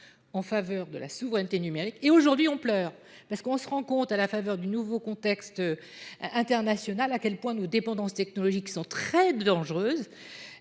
en faveur de la souveraineté numérique. Aujourd’hui, on pleure parce qu’on se rend compte, dans le nouveau contexte international, que nos dépendances technologiques sont très dangereuses.